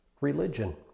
religion